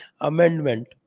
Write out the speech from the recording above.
amendment